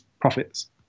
profits